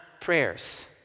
Prayers